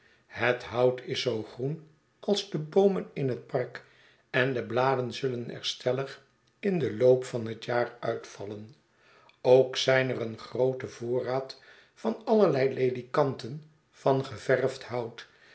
het hout is zoo groen als de boomen in het park en de bladen zullen er stellig in den loop van het jaar uitvallen ook zijn er een groote voorraad van allerlei ledikanten van geverwd hout